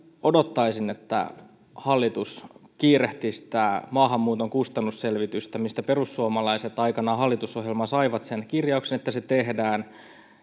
odottaisin että hallitus kiirehtisi tätä maahanmuuton kustannusselvitystä mistä perussuomalaiset aikanaan hallitusohjelmaan saivat sen kirjauksen että se tehdään